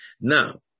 Now